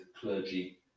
clergy